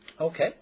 Okay